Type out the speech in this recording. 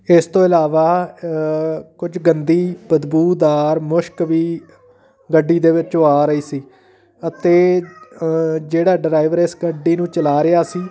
ਇਸ ਤੋਂ ਇਲਾਵਾ ਕੁਝ ਗੰਦੀ ਬਦਬੂਦਾਰ ਮੁਸ਼ਕ ਵੀ ਗੱਡੀ ਦੇ ਵਿੱਚੋਂ ਆ ਰਹੀ ਸੀ ਅਤੇ ਜਿਹੜਾ ਡਰਾਈਵਰ ਇਸ ਗੱਡੀ ਨੂੰ ਚਲਾ ਰਿਹਾ ਸੀ